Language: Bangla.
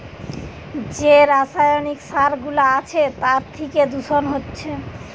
যে রাসায়নিক সার গুলা আছে তার থিকে দূষণ হচ্ছে